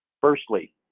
Firstly